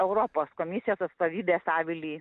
europos komisijos atstovybės avilį